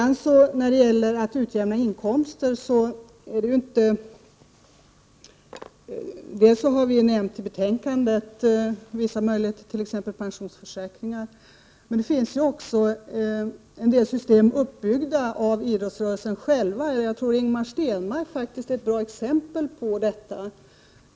När det sedan gäller utjämning av inkomster har vi i betänkandet nämnt vissa möjligheter, t.ex. pensionsförsäkringar, men det finns också en del system som är uppbyggda av idrottsrörelsen själv. Ingemar Stenmark är faktiskt ett bra exempel på detta.